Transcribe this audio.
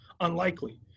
Unlikely